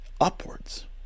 upwards